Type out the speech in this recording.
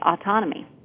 autonomy